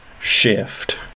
shift